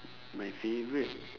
my favourite